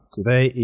Today